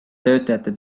töötajate